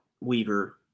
Weaver